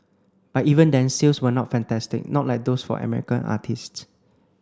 but even then sales were not fantastic not like those for American artistes